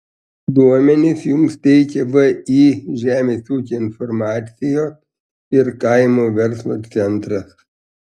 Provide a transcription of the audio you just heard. duomenis joms teikia vį žemės ūkio informacijos ir kaimo verslo centras